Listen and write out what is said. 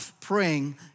praying